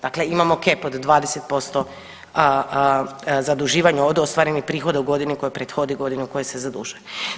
Dakle imamo cap od 20% zaduživanja od ostvarenih prihoda u godini koja prethodi godini u kojoj se zadužuje.